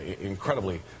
incredibly